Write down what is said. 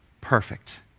perfect